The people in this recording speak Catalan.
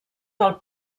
del